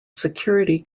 security